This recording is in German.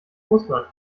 russland